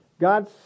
God